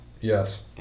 Yes